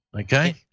Okay